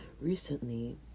recently